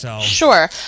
Sure